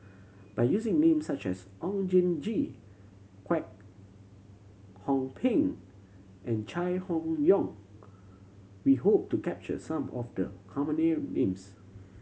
by using names such as Oon Jin Gee Kwek Hong Png and Chai Hon Yoong we hope to capture some of the common names